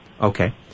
okay